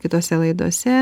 kitose laidose